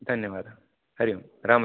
धन्यवादः हरिः ओं राम